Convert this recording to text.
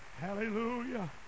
hallelujah